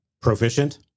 Proficient